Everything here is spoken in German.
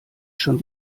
schon